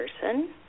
person